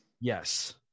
Yes